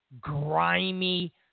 grimy